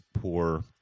poor